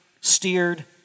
steered